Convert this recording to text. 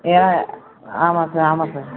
ஏழா ஆமாம் சார் ஆமாம் சார்